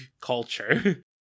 culture